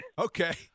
Okay